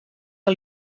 que